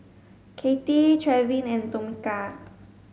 Katie Trevin and Tomeka